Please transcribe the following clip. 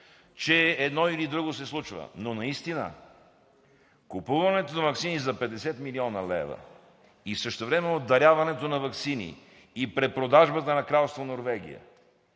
че едно или друго се случва. Наистина купуването на ваксини за 50 млн. лв. и същевременно даряването на ваксини и препродажбата им на Кралство Норвегия